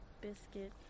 biscuit